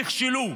נכשלו.